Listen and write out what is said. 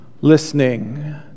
listening